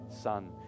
son